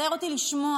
זה מצער אותי לשמוע,